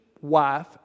wife